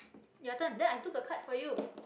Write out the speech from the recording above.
your turn there i took a card for you